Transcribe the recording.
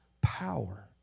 power